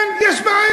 כן, יש בעיה.